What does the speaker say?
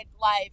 life